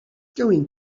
going